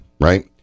Right